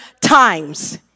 times